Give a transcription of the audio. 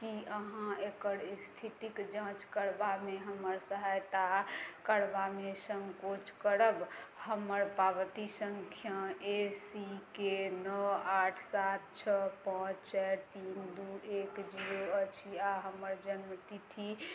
कि अहाँ एकर इस्थितिके जाँच करबामे हमर सहायता करबामे सँकोच करब हमर पावती सँख्या ए सी के नओ आठ सात छओ पाँच चारि तीन दुइ एक जीरो अछि आओर हमर जनमतिथि